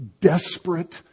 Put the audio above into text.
desperate